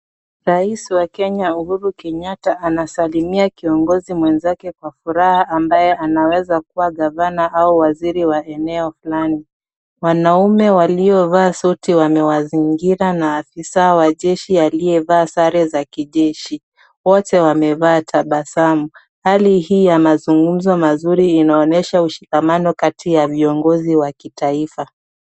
Rais wa Kenya Uhuru Kenyatta anasalimia kiongozi mwenzake kwa furaha ambaye anaweza kuwa gavana au waziri wa eneo fulani. Wanaume waliovaa suti wamewazingira na afisaa wa jeshi aliyevaa sare za kijeshi. Wote wamevaa tabasamu. Hali hii ya mazungumzo mazuri inaonyesha mshikamano kati ya viongozi wa kitaifa.